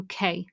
UK